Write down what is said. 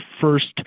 first